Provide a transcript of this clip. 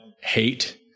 hate